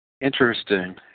interesting